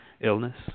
illness